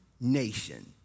nation